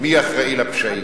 מי אחראי לפשעים.